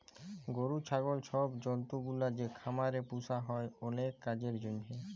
গরু, ছাগল ছব জল্তুগুলা যে খামারে পুসা হ্যয় অলেক কাজের জ্যনহে